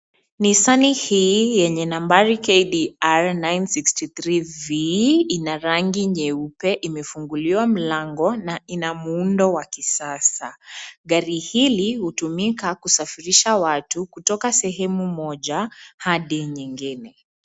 Nissan hii yenye nambari KDR 963V ina rangi nyeupe, imefunguliwa, mlango na ina muundo wa kisasa. Gari hili hutumika kusafirisha watu kutoka sehemu moja hadi nyingine.